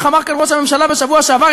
איך אמר כאן ראש הממשלה בשבוע שעבר,